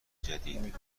جدید